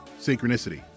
synchronicity